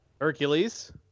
Hercules